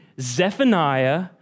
Zephaniah